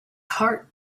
heart